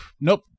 nope